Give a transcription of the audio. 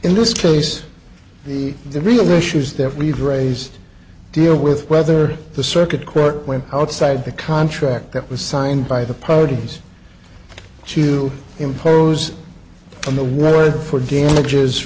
in this case the real issues that we've raised deal with whether the circuit court went outside the contract that was signed by the podiums to impose on the world for damages